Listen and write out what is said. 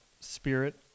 spirit